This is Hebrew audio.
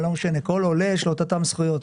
כל עולה יש לו את אותן זכויות,